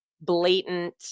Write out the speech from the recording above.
blatant